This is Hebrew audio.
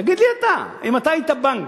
תגיד לי אתה, אם אתה היית בנק,